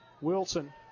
Wilson